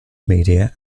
media